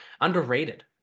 underrated